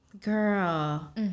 Girl